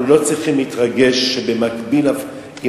אנחנו לא צריכים להתרגש אם במקביל, אם